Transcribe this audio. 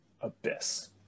abyss